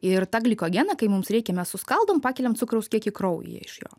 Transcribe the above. ir tą glikogeną kai mums reikia mes suskaldom pakeliam cukraus kiekį kraujyje iš jo